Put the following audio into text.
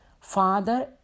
Father